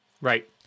Right